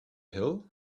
hill